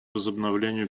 возобновлению